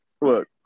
Look